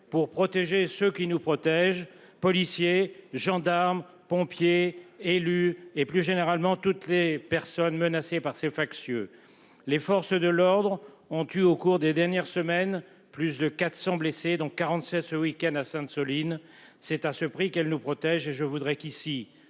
pour protéger ceux qui nous protègent, policiers, gendarmes, pompiers, élus et plus généralement toutes ces personnes menacées par ces factieux. Les forces de l'ordre ont eu au cours des dernières semaines plus de 400 blessés dont 47 ce week-end à Sainte-, Soline. C'est à ce prix qu'elle nous protège et je voudrais qu'ici